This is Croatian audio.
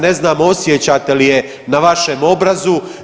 Ne znam osjećate li je na vašem obrazu?